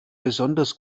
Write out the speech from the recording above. besonders